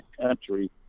country